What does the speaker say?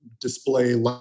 display